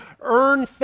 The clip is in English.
earn